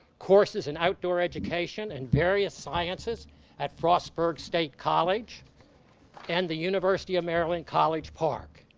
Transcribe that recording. courses in outdoor education, and various sciences at frostburg state college and the university of maryland college park,